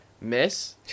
miss